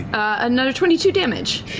another twenty two damage.